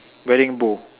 wedding bow